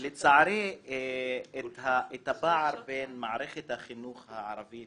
לצערי הפער בין מערכת החינוך הערבית